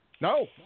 No